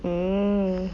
mm